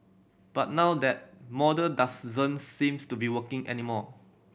but now that model seems to be working anymore